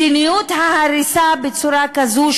מדיניות ההריסה בצורה כזו,